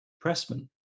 Pressman